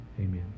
Amen